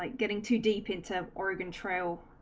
like getting too deep into oregon trail